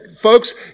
Folks